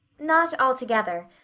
not altogether.